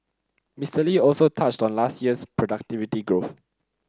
Mister Lee also touched on last year's productivity growth